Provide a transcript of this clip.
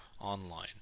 Online